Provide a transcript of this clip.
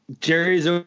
Jerry's